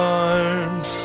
arms